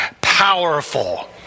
powerful